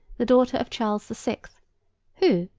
the daughter of charles the sixth who,